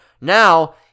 Now